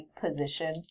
position